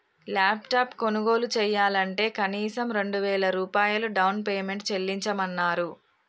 laptop కొనుగోలు చెయ్యాలంటే కనీసం రెండు వేల రూపాయలు డౌన్ పేమెంట్ చెల్లించమన్నరు